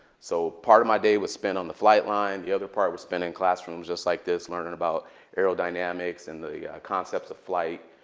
so part of my day was spent on the flight line. the other part was spent in classrooms just like this learning about aerodynamics and the the concepts of flight,